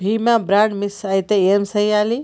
బీమా bond miss అయితే ఏం చేయాలి?